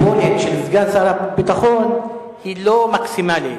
הסבולת של סגן שר הביטחון היא לא מקסימלית.